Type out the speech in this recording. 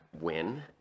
win